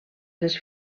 les